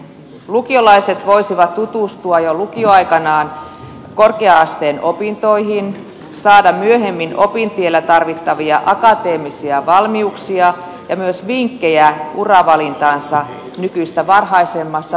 lukiolaiset voisivat tutustua jo lukioaikanaan korkea asteen opintoihin saada myöhemmin opintiellä tarvittavia akateemisia valmiuksia ja myös vinkkejä uravalintaansa nykyistä varhaisemmassa vaiheessa